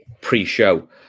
pre-show